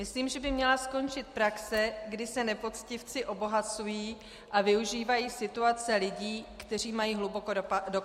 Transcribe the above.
Myslím, že by měla skončit praxe, kdy se nepoctivci obohacují a využívají situace lidí, kteří mají hluboko do kapsy.